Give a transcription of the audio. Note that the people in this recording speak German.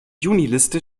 juniliste